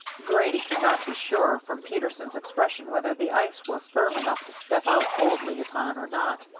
grady could not be sure from peterson's expression whether the ice were firm enough to step out boldly upon, or not.